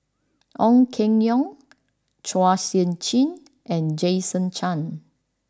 Ong Keng Yong Chua Sian Chin and Jason Chan